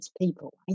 people